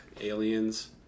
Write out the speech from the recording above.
aliens